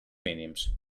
mínims